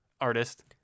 artist